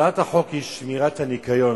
הצעת החוק היא שמירת הניקיון,